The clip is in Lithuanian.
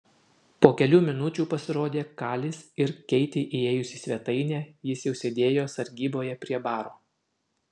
po kelių minučių pasirodė kalis ir keitei įėjus į svetainę jis jau sėdėjo sargyboje prie baro